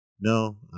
no